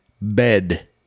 bed